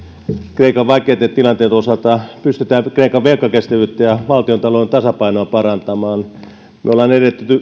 kreikan vaikeitten tilanteitten osalta pystytään kreikan velkakestävyyttä ja valtiontalouden tasapainoa parantamaan me sosiaalidemokraatit olemme